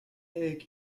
egg